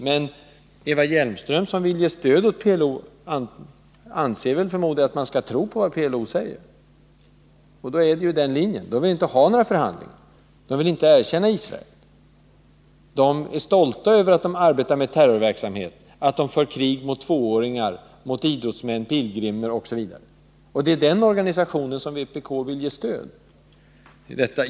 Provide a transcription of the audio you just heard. Men Eva Hjelmström, som vill ge stöd åt PLO, anser förmodligen att man skall tro vad PLO säger. Och PLO går ju på den linjen: man vill inte ha några förhandlingar, man vill inte erkänna Israel. Man är stolt över att man arbetar med terrorverksamhet, att man för krig mot tvååringar, idrottsmän, pilgrimer osv. Det är den organisationen som vpk vill ge stöd.